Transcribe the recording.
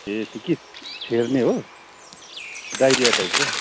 ए त्यो के छेर्ने हो डाइरिया टाइपको